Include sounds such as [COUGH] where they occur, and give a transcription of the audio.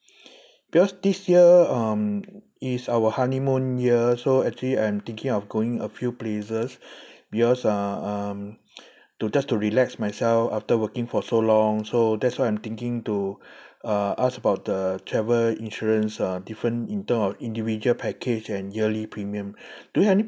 [BREATH] because this year um is our honeymoon year so actually I'm thinking of going a few places [BREATH] because uh um to just to relax myself after working for so long so that's why I'm thinking to uh ask about the travel insurance uh different in term of individual package and yearly premium do you have any